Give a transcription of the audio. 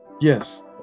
Yes